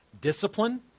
Discipline